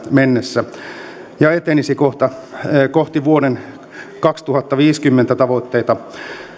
mennessä ja etenisi kohti vuoden kaksituhattaviisikymmentä tavoitteita